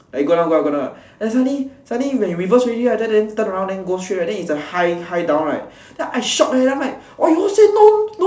like go down go down go down then suddenly suddenly when you reverse already right then turn around then go straight right then is the high high down right then I shocked I'm like !wah! you all say no no